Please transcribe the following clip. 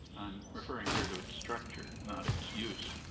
i'm referring here to its structure, not its use,